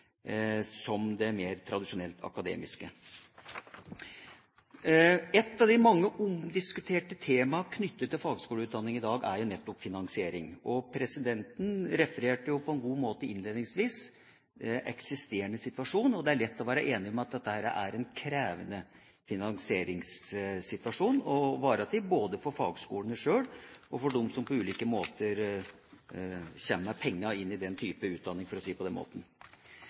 som er mer likeverdig med det mer tradisjonelt akademiske. Et av de mange omdiskuterte temaene knyttet til fagskoleutdanning i dag er finansiering. Presidenten refererte innledningsvis eksisterende situasjon på en god måte, og det er lett å være enige om at dette er en krevende finansieringssituasjon å være i, både for fagskolene sjøl, og for dem som på ulike måter kommer med penger inn i den type utdanning, for å si det på den måten.